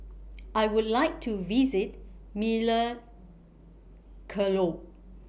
I Would like to visit